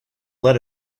let